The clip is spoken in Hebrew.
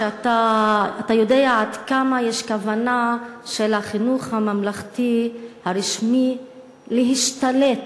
שיודע עד כמה יש כוונה של החינוך הממלכתי הרשמי להשתלט